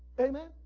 Amen